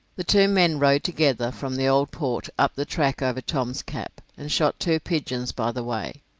the two men rode together from the old port up the track over tom's cap, and shot two pigeons by the way,